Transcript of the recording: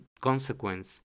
consequence